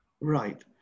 Right